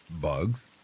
Bugs